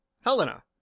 helena